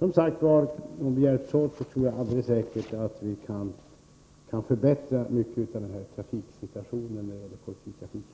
anpassning. Om vi hjälps åt, kan vi alldeles säkert bidra till en förbättring av trafiksituationen just när det gäller kollektivtrafiken.